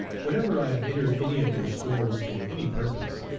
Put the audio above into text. whenever i have entered any of their stores for any purpose,